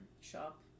shop